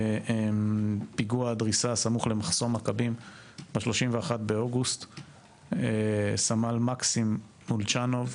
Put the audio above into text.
בפיגוע דריסה סמוך למחסום מכבים ב־ 31 באוגוסט 2023. סמל מקסים מולצ'נוב,